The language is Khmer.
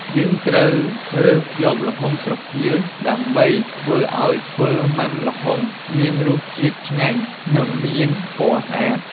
យើងត្រូវរើសយកល្ហុងស្រគាល ដើម្បីធ្វើឱ្យធ្វើមុាំល្ហុងមានរសជាតិឆ្ងាញ់ និងមានពណ៌ស្អាត ។